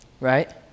right